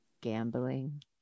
gambling